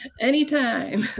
anytime